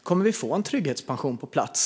Kommer vi att få en trygghetspension på plats?